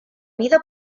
vida